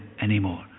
anymore